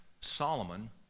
Solomon